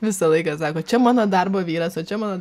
visą laiką sako čia mano darbo vyras o čia mano